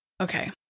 okay